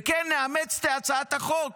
וכן נאמץ את הצעת החוק